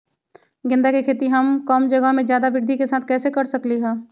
गेंदा के खेती हम कम जगह में ज्यादा वृद्धि के साथ कैसे कर सकली ह?